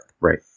Right